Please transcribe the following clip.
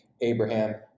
Abraham